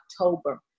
October